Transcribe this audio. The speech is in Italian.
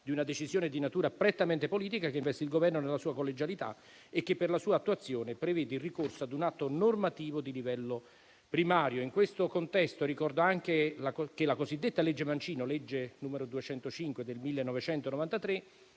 di una decisione di natura prettamente politica, che investe il Governo nella sua collegialità e che, per la sua attuazione, prevede il ricorso ad un atto normativo di livello primario. In questo contesto, ricordo anche che la cosiddetta legge Mancino, legge n. 205 del 1993,